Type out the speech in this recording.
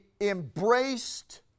embraced